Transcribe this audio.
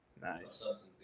Nice